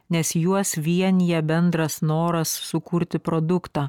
nes juos vienija bendras noras sukurti produktą